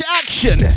action